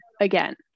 again